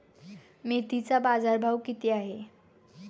मेथीचा बाजारभाव किती आहे?